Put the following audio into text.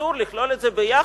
שאסור לכלול את זה יחד,